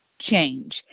change